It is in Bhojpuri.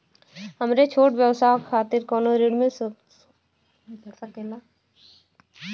हमरे छोट व्यवसाय खातिर कौनो ऋण मिल सकेला?